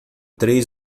três